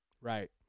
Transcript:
Right